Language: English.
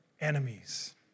enemies